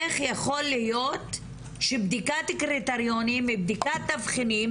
איך יכול להיות שבדיקת קריטריונים ובדיקת תבחינים,